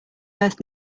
earth